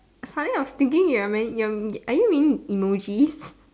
suddenly I was thinking you're my~ are you reading emojis